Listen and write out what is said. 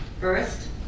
first